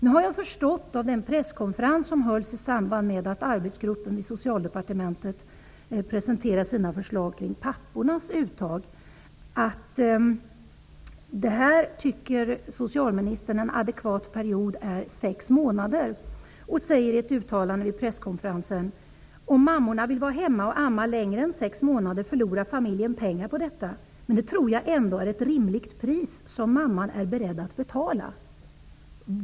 Nu har jag av den presskonferens som hölls i samband med att arbetsgruppen inom Socialdepartementet presenterade sina förslag kring pappornas uttag förstått att socialministern tycker att en adekvat period är sex månader. I ett uttalande vid presskonferensen säger han: ''Om mammor vill vara hemma och amma längre än sex månader förlorar familjen pengar på detta, men det tror jag ändå är ett rimligt pris som mamman är beredd att betala''.